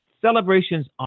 Celebrations